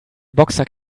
boxsack